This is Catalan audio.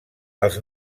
els